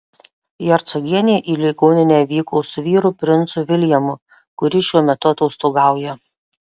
hercogienė į ligoninę vyko su vyru princu viljamu kuris šiuo metu atostogauja